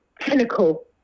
pinnacle